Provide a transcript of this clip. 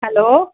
hello